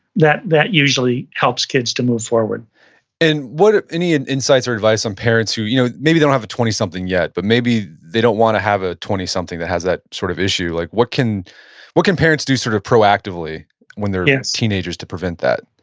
that that usually helps kids to move forward and any and insights or advice on parents who, you know maybe they don't have a twenty something yet, but maybe they don't wanna have a twenty something that has that sort of issue. like what can what can parents do sort of proactively on their yeah teenagers to prevent that?